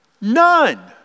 None